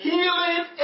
Healing